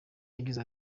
yagize